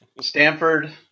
Stanford